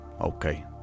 Okay